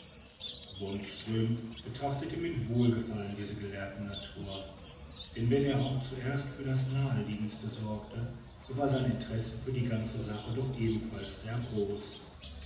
wonström betrachtete mit wohlgefallen diese gelehrten natur denn wenn er auch zuerst für das nächstliegende sorgte so war seine interesse für die ganze sache doch ebenfalls sehr groß